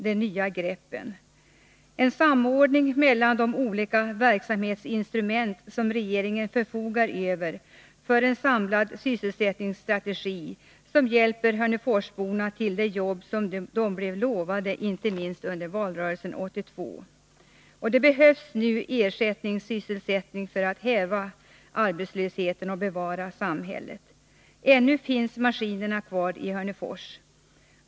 Och jag efterlyser en samordning mellan de olika verksamhetsinstrument som regeringen förfogar över, så att vi får en samlad sysselsättningsstrategi som hjälper hörneforsborna till de jobb som de blev lovade, inte minst under valrörelsen 1982. Vad som behövs nu är ersättningssysselsättning så att man kan häva arbetslösheten och bevara samhället. Ännu finns maskinerna kvar i Hörneforsfabriken.